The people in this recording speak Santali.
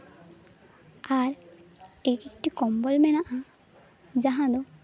ᱟᱨ ᱮᱠᱮᱠᱴᱤ ᱠᱚᱢᱵᱚᱞ ᱢᱮᱱᱟᱜᱼᱟ ᱡᱟᱦᱟᱸ ᱫᱚ